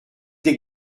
des